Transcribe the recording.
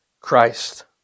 Christ